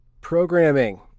Programming